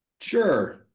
Sure